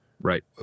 Right